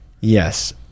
Yes